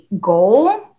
goal